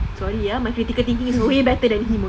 sorry ah my critical thinking is way better than him okay